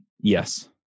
yes